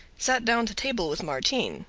sat down to table with martin,